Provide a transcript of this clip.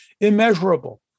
immeasurable